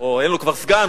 אין לו כבר סגן,